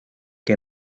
que